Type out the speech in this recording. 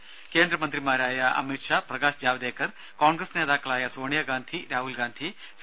രുര കേന്ദ്രമന്ത്രിമാരായ അമിത് ഷാ പ്രകാശ് ജാവ്ദേക്കർ കോൺഗ്രസ് നേതാക്കളായ സോണിയാഗാന്ധി രാഹുൽഗാന്ധി സി